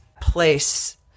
place